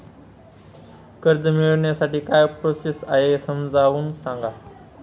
कर्ज मिळविण्यासाठी काय प्रोसेस आहे समजावून सांगा